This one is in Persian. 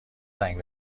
زنگ